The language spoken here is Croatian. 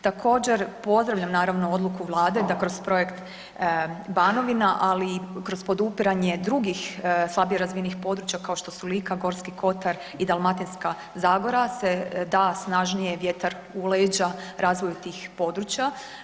Također, pozdravljam naravno odluku Vlade da kroz projekt Banovina, ali i kroz podupiranje drugih slabije razvijenih područja kao što su Lika, Gorski kotar i Dalmatinska zagora se da snažnije vjetar u leđa razvoju tih područja.